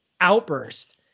outburst